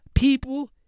People